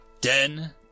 Ten